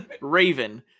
raven